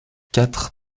quatre